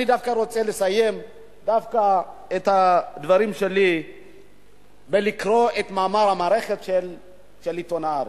אני דווקא רוצה לסיים את דברי בקריאת מאמר המערכת של עיתון "הארץ".